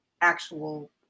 actual